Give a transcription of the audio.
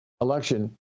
election